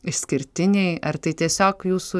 išskirtiniai ar tai tiesiog jūsų